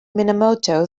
minamoto